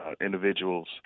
individuals